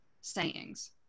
sayings